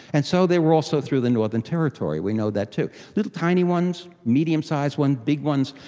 and so they were also through the northern territory, we know that too, little tiny ones, medium-sized ones, big ones.